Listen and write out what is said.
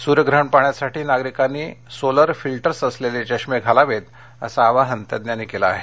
सूर्यग्रहण पाहण्यासाठी नागरिकांनी सोलर फिल् ऊँ असलेले चष्मे घालावेत असं आवाहन तज्ञांनी केलं आहे